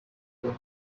phone